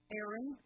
Aaron